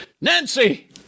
Nancy